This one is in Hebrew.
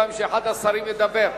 כמה זמן היא יכולה לדבר?